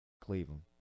Cleveland